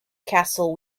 castle